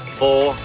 four